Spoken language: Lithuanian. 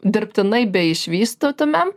dirbtinai beišvystytumėm